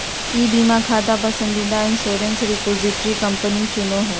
ई बीमा खाता पसंदीदा इंश्योरेंस रिपोजिटरी कंपनी चुनो हइ